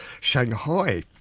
Shanghai